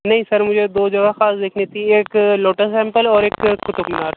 نہیں سر مجھے دو جگہ خاص دیکھنی تھی ایک لوٹس ٹیمپل ایک قطب مینار